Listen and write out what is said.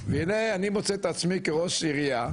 והנה אני מוצא את עצמי כראש עירייה,